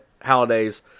Holiday's